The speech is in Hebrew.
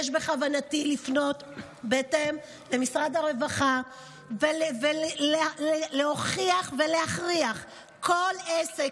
יש בכוונתי לפנות בהקדם למשרד הרווחה ולהוכיח ולהכריח כל עסק,